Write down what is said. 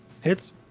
Hits